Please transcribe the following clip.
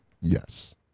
yes